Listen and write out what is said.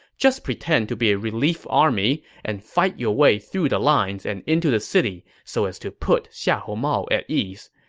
just pretend to be a relief army and fight your way through the lines and into the city so as to put xiahou mao at ease.